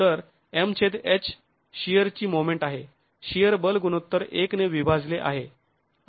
तर M छेद H शिअरची मोमेंट आहे शिअर बल गुणोत्तर l ने विभाजले आहे